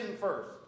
first